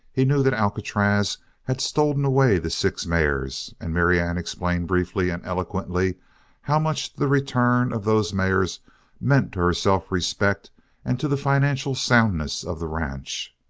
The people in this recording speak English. he knew that alcatraz had stolen away the six mares, and marianne explained briefly and eloquently how much the return of those mares meant to her self-respect and to the financial soundness of the ranch.